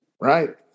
right